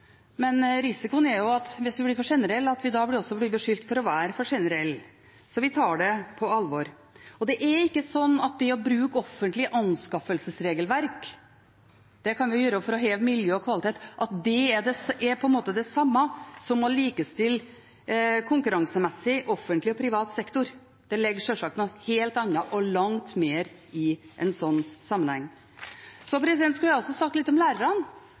men risikoen er jo at vi, hvis vi blir for generelle, da også blir beskyldt for å være for generelle, så vi tar på det alvor. Det er ikke slik at det å bruke offentlige anskaffelsesregelverk – det kan vi gjøre for å heve miljø og kvalitet – på en måte er det samme som å likestille offentlig og privat sektor konkurransemessig. Det ligger sjølsagt noe helt annet og langt mer i en slik sammenheng. Så skulle jeg også sagt litt om lærerne,